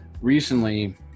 Recently